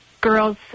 girls